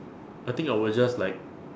I think I was just like